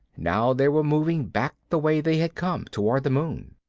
now they were moving back the way they had come, toward the moon.